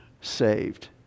saved